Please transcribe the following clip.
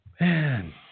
man